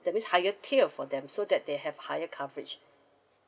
that means higher tier for them so that they have a higher coverage